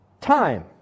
time